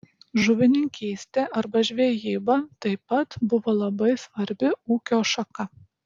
žuvininkystė arba žvejyba taip pat buvo labai svarbi ūkio šaka